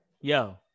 Yo